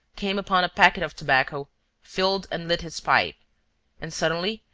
came upon a packet of tobacco filled and lit his pipe and, suddenly,